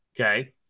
okay